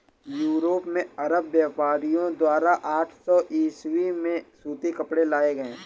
Europe में अरब व्यापारियों द्वारा आठ सौ ईसवी में सूती कपड़े लाए गए